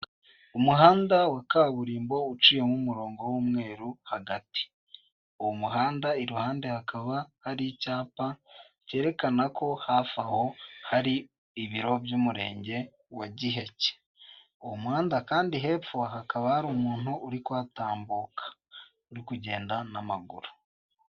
Umuhanda wa kaburimbo uciyemo umurongo w'umweru hagati. Uwo muhanda iruhande hakaba hari icyapa cyerekana ko hafi aho hari ibiro by'umurenge wa Giheke. Uwo muhanda kandi hepfo hakaba hari umuntu uri kuhatambuka, uri kugenda n'amaguru.